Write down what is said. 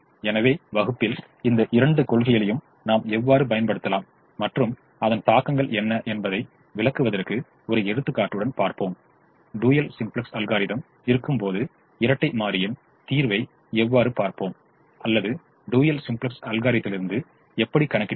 எனவே வகுப்பில் இந்த இரண்டு கொள்கைகளையும் நாம் எவ்வாறு பயன்படுத்தலாம் மற்றும் அதன் தாக்கங்கள் என்ன என்பதை விளக்குவதற்கு ஒரு எடுத்துக்காட்டுடன் பார்ப்போம் dual simplex algorithm dual simplex algorithmஇருக்கும்போது இரட்டை மாறியின் தீர்வை எவ்வாறு பார்ப்போம் அல்லது டூயல் சிம்ப்ளக்ஸ் அல்காரிதலிருந்து எப்படி கணக்கிடுவது